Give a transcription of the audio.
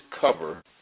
cover